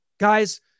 Guys